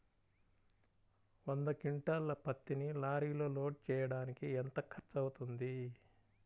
వంద క్వింటాళ్ల పత్తిని లారీలో లోడ్ చేయడానికి ఎంత ఖర్చవుతుంది?